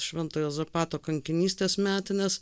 švento juozapato kankinystės metinės